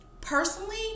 personally